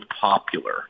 popular